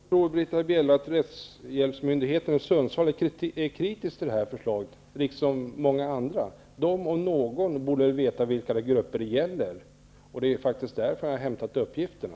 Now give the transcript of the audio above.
Herr talman! Varför tror Britta Bjelle att rättshjälpsmyndigheten i Sundsvall liksom många andra är kritisk till detta förslag. Rättshjälpsmyndigheten borde om någon veta vilka grupper det gäller. Det är faktiskt därifrån som jag har hämtat uppgifterna.